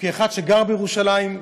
וכאחד שגר בירושלים,